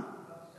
בר שי.